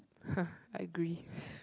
!huh! I agrees